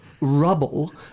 rubble